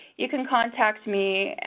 you can contact me.